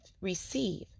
receive